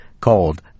called